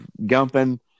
gumping